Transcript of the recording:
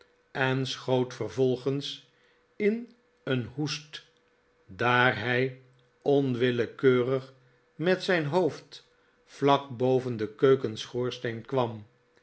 en schoot vervolgens in een hoest daar hij onwillekeurig met zijn hoofd vlak boven den keukenschoorsteen kwam